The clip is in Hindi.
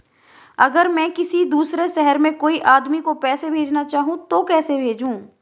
अगर मैं किसी दूसरे शहर में कोई आदमी को पैसे भेजना चाहूँ तो कैसे भेजूँ?